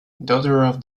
daughter